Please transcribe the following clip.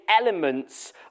elements